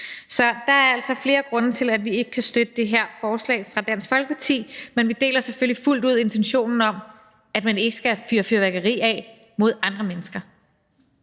Så der er altså flere grunde til, at vi ikke kan støtte det her forslag fra Dansk Folkeparti. Men vi deler selvfølgelig fuldt ud intentionen om at forhindre, at folk fyrer fyrværkeri af mod andre mennesker.